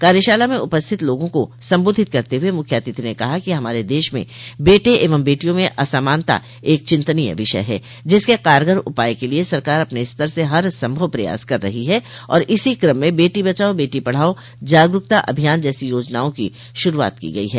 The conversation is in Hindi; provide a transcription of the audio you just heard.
कार्यशाला में उपस्थित लोगों को सम्बोधित करते हुए मुख्य अतिथि ने कहा कि हमारे देश में बेटे एवं बेटियों में असमानता एक चिन्तनीय विषय है जिसके कारगर उपाय के लिए सरकार अपने स्तर से हर संभव प्रयास कर रही है और इसी कम में बेटी बचाओ बेटी पढ़ाओ जागरूकता अभियान जैसी योजनाओं की श्रूआत की गई है